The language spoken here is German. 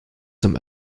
zum